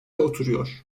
oturuyor